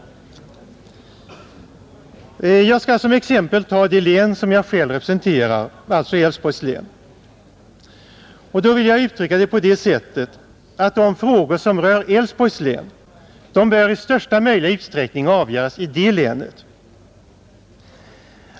Jag skall som exempel ta det län som jag själv representerar, nämligen Älvsborgs län. De frågor som rör Älvsborgs län bör i största möjliga utsträckning avgöras i det länet.